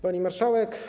Pani Marszałek!